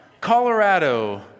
Colorado